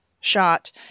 shot